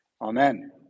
Amen